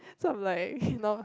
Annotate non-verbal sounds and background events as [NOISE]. so I'm like [LAUGHS] you know